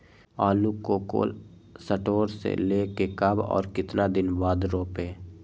आलु को cold store से ले के कब और कितना दिन बाद रोपे?